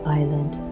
island